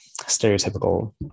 stereotypical